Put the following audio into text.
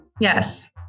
Yes